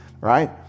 right